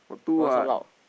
why so loud